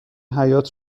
حیاط